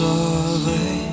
Survey